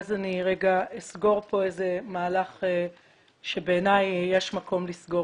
ואז אני אסגור פה מהלך שבעיניי יש מקום לסגור.